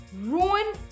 ruin